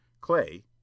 Clay